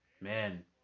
man